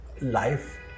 life